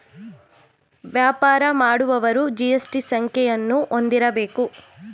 ವ್ಯಾಪಾರ ಮಾಡುವವರು ಜಿ.ಎಸ್.ಟಿ ಸಂಖ್ಯೆಯನ್ನು ಹೊಂದಿರಬೇಕು